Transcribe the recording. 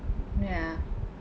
ya